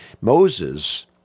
Moses